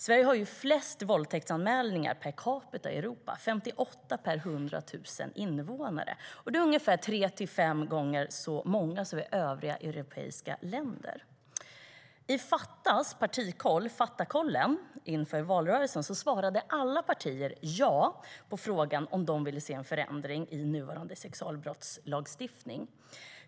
Sverige har flest våldtäktsanmälningar per capita i Europa; 58 per 100 000 invånare. Det är ungefär tre till fem gånger så många som i övriga europeiska länder.I Fattas partikoll, Fattakollen, svarade alla partier inför valrörelsen ja på frågan om de ville se en förändring i den nuvarande sexualbrottslagstiftningen.